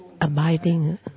abiding